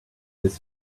his